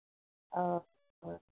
और